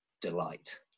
delight